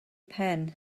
pen